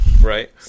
right